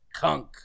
Kunk